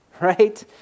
Right